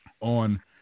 on